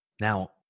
Now